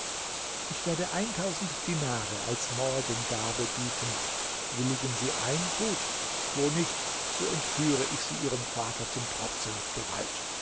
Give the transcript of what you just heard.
ich werde dinare als morgengabe bieten willigen sie ein gut wo nicht so entführe ich sie ihrem vater zum trotze mit gewalt